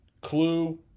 Clue